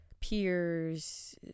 peers